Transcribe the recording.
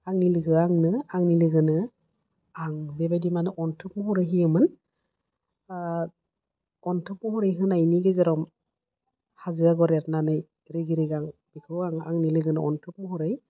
आंनि लोगोआ आंनो आंनि लोगोनो आं बेबायदि मानो अनथोब महरै होयोमोन अनथोब महरै होनायनि गेजेराव हाजो आग'र एरनानै रिगि रिगां बेखौ आं आंनि लोगोनो अनथोब महरै